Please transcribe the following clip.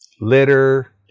Litter